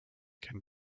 can